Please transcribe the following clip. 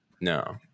No